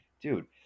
Dude